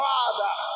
Father